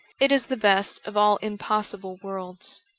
it is the best of all impossible worlds.